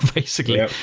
basically.